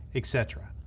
et cetera.